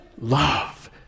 love